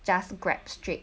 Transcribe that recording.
just grab straight